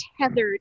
tethered